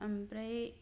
अमफ्राय